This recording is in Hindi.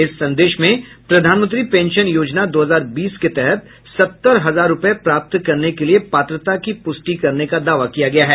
इस संदेश में प्रधानमंत्री पेंशन योजना दो हजार बीस के तहत सत्तर हजार रुपये प्राप्त करने के लिए प्रात्रता की पुष्टि करने का दावा किया गया है